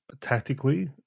tactically